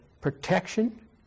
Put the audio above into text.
protection